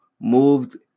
moved